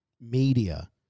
media